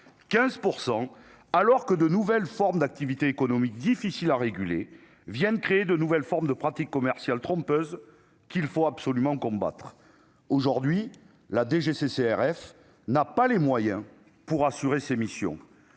100, alors que de nouvelles formes d'activité économique difficile à réguler vient de créer de nouvelles formes de pratique commerciale trompeuse qu'il faut absolument combattre aujourd'hui la DGCCRF n'a pas les moyens pour assurer ses missions,